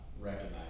recognize